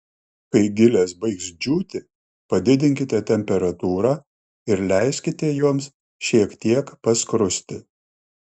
kai gilės baigs džiūti padidinkite temperatūrą ir leiskite joms šiek tiek paskrusti